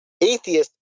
atheist